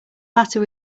matter